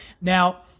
Now